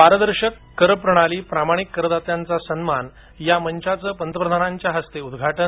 पारदर्शक कर प्रणाली प्रामाणिक करदात्यांचा सन्मान या मंचाचं पंतप्रधानांच्या हस्ते उद्घाटन